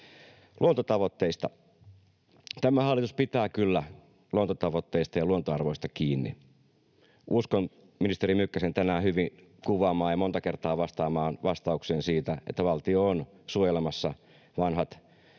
Luontotavoitteista: Tämä hallitus pitää kyllä luontotavoitteista ja luontoarvoista kiinni. Uskon ministeri Mykkäsen tänään hyvin kuvaamaan ja monta kertaa vastaamaan vastaukseen siitä, että valtio on suojelemassa vanhat